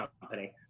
company